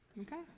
okay